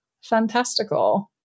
fantastical